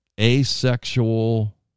asexual